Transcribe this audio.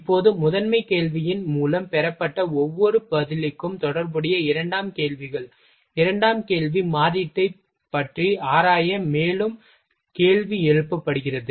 இப்போது முதன்மை கேள்வியின் மூலம் பெறப்பட்ட ஒவ்வொரு பதிலுக்கும் தொடர்புடைய இரண்டாம் கேள்விகள் இரண்டாம் கேள்வி மாற்றீட்டைப் பற்றி ஆராய மேலும் கேள்வி எழுப்பப்படுகிறது